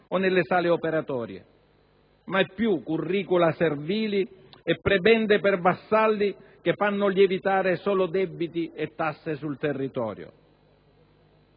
o nelle sale operatorie; mai più *curricula* servili e prebende per vassalli che fanno lievitare solo debiti e tasse sul territorio.